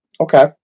Okay